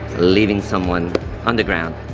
leaving someone on the ground.